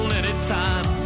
anytime